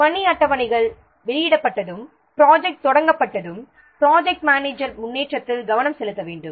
பணி அட்டவணைகள் வெளியிடப்பட்டு ப்ராஜெக்ட் தொடங்கப்பட்டதும் ப்ராஜெக்ட் மேனேஜர் ப்ராஜெக்ட்டின் முன்னேற்றத்தில் கவனம் செலுத்த வேண்டும்